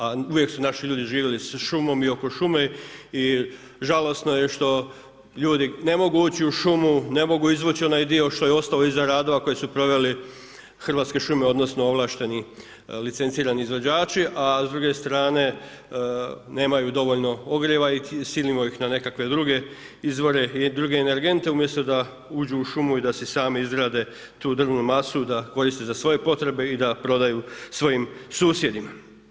A uvijek su naši ljudi živjeli sa šumom i oko šume i žalosno je što ljudi ne mogu ući u šumu, ne mogu izvući onaj dio što je ostao iza radova koje su provele Hrvatske šume odnosno ovlašteni licencirani izvođači, a s druge strane nemaju dovoljno ogrjeva i silimo ih na nekakve druge izvore i druge energente umjesto da uđu u šumu i da si sami izrade tu drvnu masu da koriste za svoje potrebe i da prodaju svojim susjedima.